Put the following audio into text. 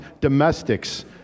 domestics